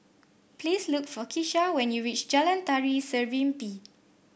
please look for Kesha when you reach Jalan Tari Serimpi